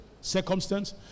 circumstance